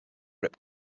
rip